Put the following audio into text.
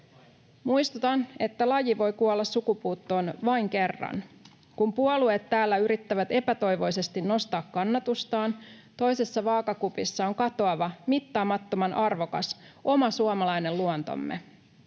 Muistutan, että laji voi kuolla sukupuuttoon vain kerran. Kun puolueet täällä yrittävät epätoivoisesti nostaa kannatustaan, toisessa vaakakupissa on katoava, mittaamattoman arvokas oma suomalainen luontomme.